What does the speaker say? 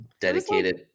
dedicated